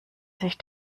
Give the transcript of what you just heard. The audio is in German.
sich